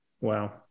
Wow